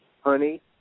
Honey